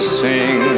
sing